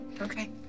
Okay